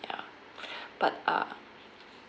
ya but uh